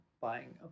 buying